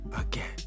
again